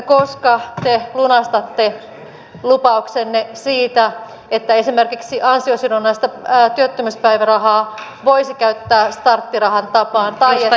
koska te lunastatte lupauksenne siitä että esimerkiksi ansiosidonnaista työttömyyspäivärahaa voisi käyttää starttirahan tapaan tai että